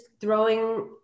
throwing